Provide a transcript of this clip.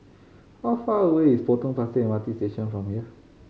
how far away is Potong Pasir M R T Station from here